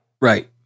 Right